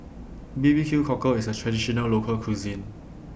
B B Q Cockle IS A Traditional Local Cuisine